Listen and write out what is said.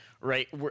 right